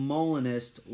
Molinist